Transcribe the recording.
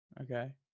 Okay